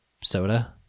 Soda